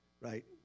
right